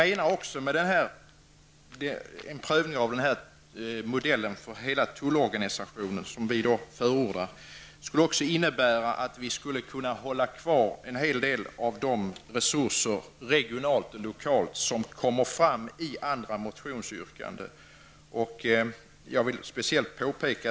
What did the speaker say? En prövning av den modell för hela tullorganisationen som vi förordar innebär att vi skulle kunna hålla kvar en hel del av de resurser regionalt och lokalt som föreslås i andra motionsyrkanden.